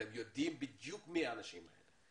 אתם יודעים בדיוק מי האנשים האלה.